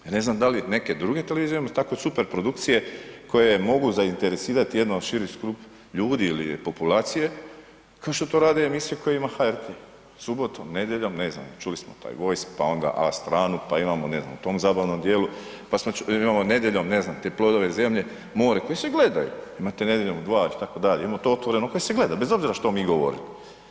Ja ne znam da li neke druge televizije imaju tako super produkcije koje mogu zainteresirati jednu od širi skup ljudi ili populacije košto to rade emisije koje ima HRT, subotom, nedjeljom, ne znam čuli smo taj „Voice“, pa onda „A Stranu“, pa imamo ne znam u tom zabavnom dijelu, pa smo čuli, imamo nedjeljom ne znam te „Plodove zemlje“, „More“ koji se gledaju, imate „Nedjeljom u 2“ itd., imate „Otvoreno“ koje se gleda bez obzira što mi govorili.